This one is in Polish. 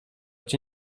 cię